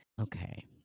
Okay